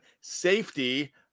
safety